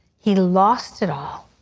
he lost it all,